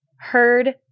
heard